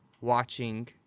watching